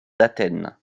d’athènes